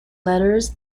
letters